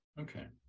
Okay